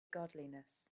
godliness